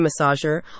Massager